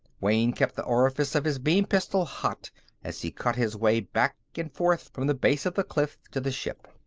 wayne kept the orifice of his beam pistol hot as he cut his way back and forth from the base of the cliff to the ship.